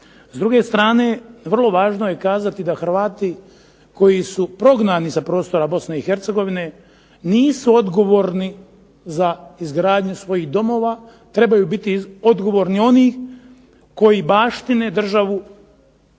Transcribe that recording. S druge strane vrlo važno je kazati da Hrvati koji su prognani sa prostora Bosne i Hercegovine nisu odgovorni za izgradnju svojih domova, trebaju biti odgovorni oni koji baštine državu